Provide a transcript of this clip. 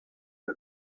der